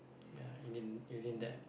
ya within within that